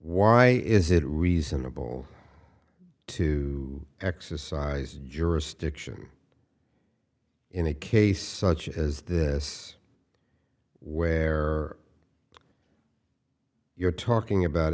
why is it reasonable to exercise jurisdiction in a case such as this where you're talking about